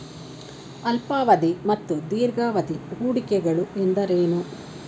ಅಲ್ಪಾವಧಿ ಮತ್ತು ದೀರ್ಘಾವಧಿ ಹೂಡಿಕೆಗಳು ಎಂದರೇನು?